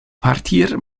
partir